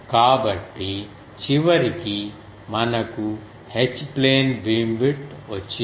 కాబట్టి చివరికి మనకు H ప్లేన్ బీమ్విడ్త్ వచ్చింది